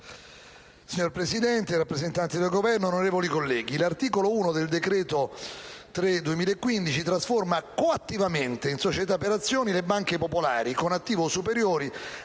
Signor Presidente, rappresentanti del Governo, onorevoli colleghi, l'articolo 1 del decreto-legge 24 gennaio 2015, n. 3 trasforma coattivamente in società per azioni le banche popolari con attivi superiori